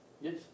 yes